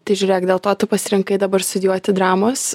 tai žiūrėk dėl to tu pasirinkai dabar studijuoti dramos